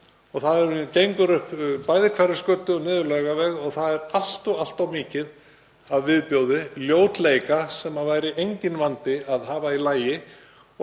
og það gengur upp bæði Hverfisgötu og niður Laugaveg og það er allt of mikið af viðbjóði, ljótleika, sem væri enginn vandi að hafa í lagi.